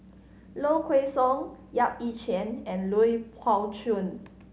Low Kway Song Yap Ee Chian and Lui Pao Chuen